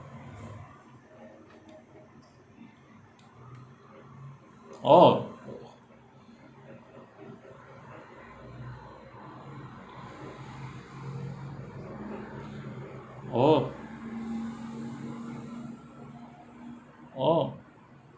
orh orh orh